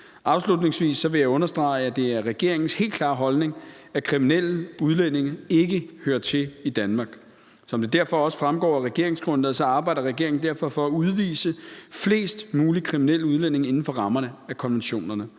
Afslutningsvis vil jeg understrege, at det er regeringens helt klare holdning, at kriminelle udlændinge ikke hører til i Danmark. Som det derfor også fremgår af regeringsgrundlaget, arbejder regeringen derfor for at udvise flest mulige kriminelle udlændinge inden for rammerne af konventionerne.